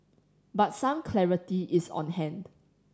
but some clarity is on hand